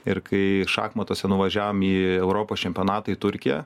ir kai šachmatuose nuvažiavom į europos čempionatą į turkiją